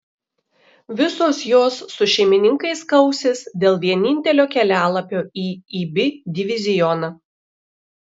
visos jos su šeimininkais kausis dėl vienintelio kelialapio į ib divizioną